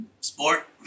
Sport